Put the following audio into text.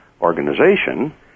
Organization